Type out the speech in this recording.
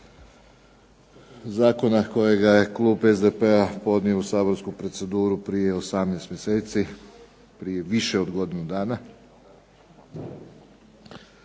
zakona kojeg je klub SDP-a podnio u saborsku proceduru prije 18 mjeseci, prije više od godinu dana.